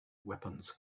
weapons